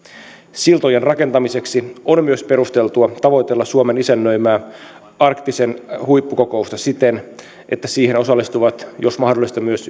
siltojen rakentamiseksi on myös perusteltua tavoitella suomen isännöimää arktisen neuvoston huippukokousta siten että siihen osallistuvat jos mahdollista myös